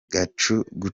gucukura